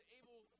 able